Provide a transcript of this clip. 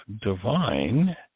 divine